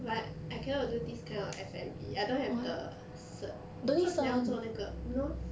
but I cannot do this kind of F&B I don't have the cert cause 你要做那个 you know